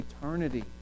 eternity